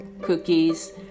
cookies